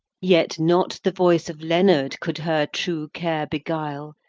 yet not the voice of leonard could her true care beguile,